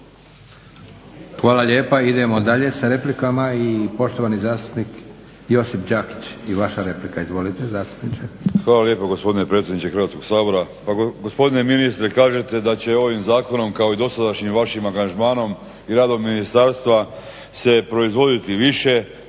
Hvala lijepo. Idemo dalje sa replikama. Poštovani zastupnik Josip Đakić i vaša replika. Izvolite zastupniče. **Đakić, Josip (HDZ)** Hvala lijepo gospodine predsjedniče Hrvatskog sabora. Pa gospodine ministre, kažete da će ovim zakonom kao i dosadašnjim vašim angažmanom i radom ministarstva se proizvoditi više,